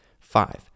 five